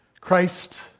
Christ